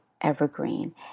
evergreen